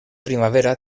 primavera